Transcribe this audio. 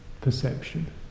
perception